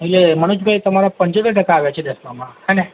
એટલે મનોજભઈ તમારા પંચોતેર ટકા આવ્યા છે દસમામાં હેં ને